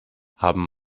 haben